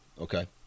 Okay